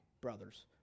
brothers